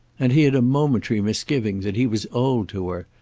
and he had a momentary misgiving that he was old to her,